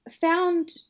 found